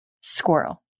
squirrel